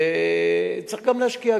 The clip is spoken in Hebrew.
וצריך להשקיע,